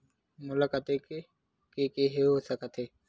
मोला कतेक के के हो सकत हे?